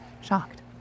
shocked